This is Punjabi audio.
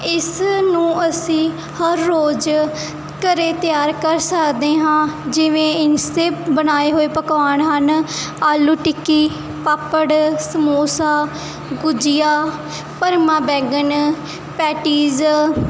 ਇਸ ਨੂੰ ਅਸੀਂ ਹਰ ਰੋਜ਼ ਘਰੇ ਤਿਆਰ ਕਰ ਸਕਦੇ ਹਾਂ ਜਿਵੇਂ ਇਨਸਤੇਪ ਬਣਾਏ ਹੋਏ ਪਕਵਾਨ ਹਨ ਆਲੂ ਟਿੱਕੀ ਪਾਪੜ ਸਮੋਸਾ ਗੁਜੀਆ ਭਰਮੇ ਬੈਂਗਣ ਪੈਟੀਜ਼